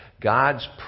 God's